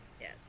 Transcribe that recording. Yes